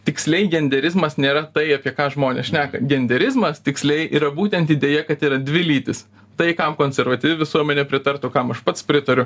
tiksliai genderizmas nėra tai apie ką žmonės šneka genderizmas tiksliai yra būtent idėja kad yra dvi lytys tai kam konservatyvi visuomenė pritartų kam aš pats pritariu